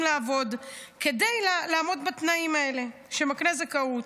לעבוד כדי לעמוד בתנאים האלה שמקנים זכאות.